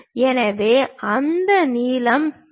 எனவே அந்த நீளம் D